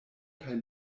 kaj